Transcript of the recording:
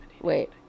Wait